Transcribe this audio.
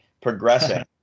progressing